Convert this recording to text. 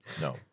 No